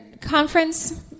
conference